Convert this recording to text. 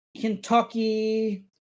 Kentucky